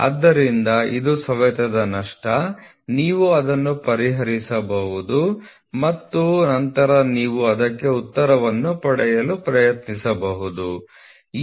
ಆದ್ದರಿಂದ ಇದು ಸವೆತದ ನಷ್ಟ ನೀವು ಅದನ್ನು ಪರಿಹರಿಸಬಹುದು ಮತ್ತು ನಂತರ ನೀವು ಅದಕ್ಕೆ ಉತ್ತರವನ್ನು ಪಡೆಯಲು ಪ್ರಯತ್ನಿಸುತ್ತೀರಿ